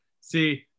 See –